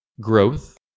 growth